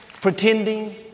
pretending